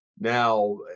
now